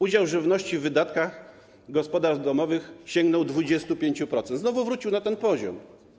Udział żywności w wydatkach gospodarstw domowych sięgnął 25%, znowu wrócił na ten poziom.